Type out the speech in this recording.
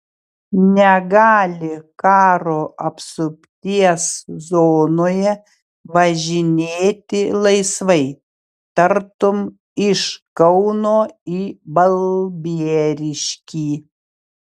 negali karo apsupties zonoje važinėti laisvai tartum iš kauno į balbieriškį